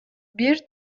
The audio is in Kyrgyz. бир